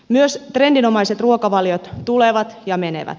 myös trendinomaiset ruokavaliot tulevat ja menevät